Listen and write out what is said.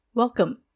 Welcome